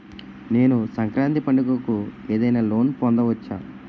నేను సంక్రాంతి పండగ కు ఏదైనా లోన్ పొందవచ్చా?